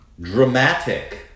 dramatic